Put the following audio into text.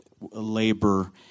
labor